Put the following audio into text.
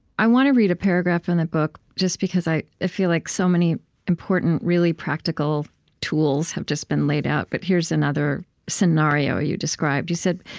i want to read a paragraph from the book just because i feel like so many important, really practical tools have just been laid out, but here's another scenario you described. you said,